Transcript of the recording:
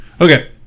okay